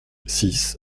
six